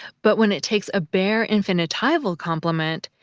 but when it takes a bare infinitival complement,